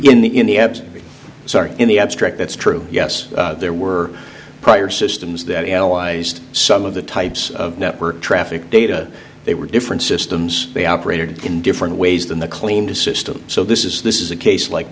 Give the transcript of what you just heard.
in the in the absence sorry in the abstract that's true yes there were prior systems that analyzed some of the types of network traffic data they were different systems they operated in different ways than the claim to system so this is this is a case like